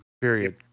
Period